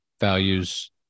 values